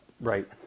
Right